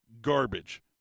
garbage